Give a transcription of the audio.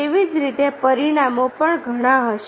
તેવી જ રીતે પરિણામો પણ ઘણા હશે